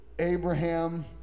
Abraham